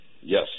Yes